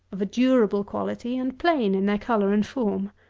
of a durable quality, and plain in their colour and form.